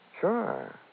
Sure